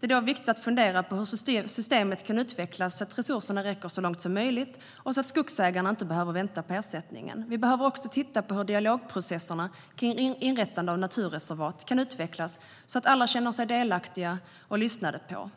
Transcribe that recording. Det är då viktigt att fundera över hur systemet kan utvecklas så att resurserna räcker så långt som möjligt och så att skogsägarna inte behöver vänta på ersättningen. Vi behöver också titta på hur dialogprocesserna för inrättande av naturreservat kan utvecklas så att alla känner sig delaktiga och lyssnade på.